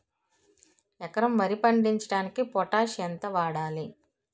ఎకరం వరి పండించటానికి పొటాష్ ఎంత వాడాలి?